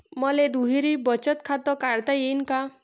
मले दुहेरी बचत खातं काढता येईन का?